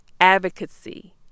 Advocacy